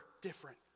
different